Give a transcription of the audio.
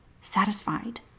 satisfied